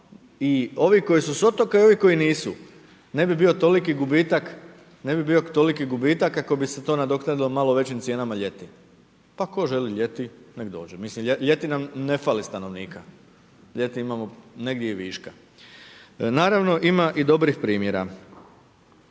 i ovi koji nisu ne bi bio toliki gubitak, ne bi bio toliki gubitak kako bi se to nadoknadilo malo većim cijenama ljeti. Pa tko želi ljeti neka dođe, mislim ljeti nam ne fali stanovnika, ljeti imamo negdje i viška. Naravno ima i dobrih primjera.